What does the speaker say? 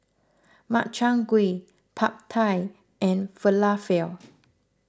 Makchang Gui Pad Thai and Falafel